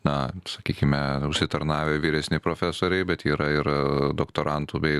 na sakykime užsitarnavę vyresni profesoriai bet yra ir doktorantų bei